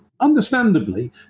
understandably